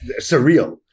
surreal